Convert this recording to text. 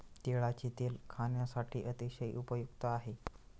तिळाचे तेल खाण्यासाठी अतिशय उपयुक्त आहे